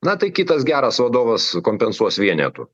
na tai kitas geras vadovas kompensuos vienetu